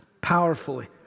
powerfully